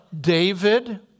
David